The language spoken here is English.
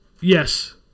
Yes